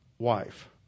wife